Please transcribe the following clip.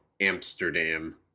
Amsterdam